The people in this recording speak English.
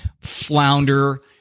flounder